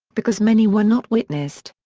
because many were not witnessed.